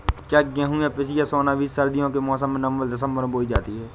क्या गेहूँ या पिसिया सोना बीज सर्दियों के मौसम में नवम्बर दिसम्बर में बोई जाती है?